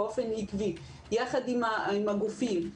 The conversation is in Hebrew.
ביחד עם הגופים,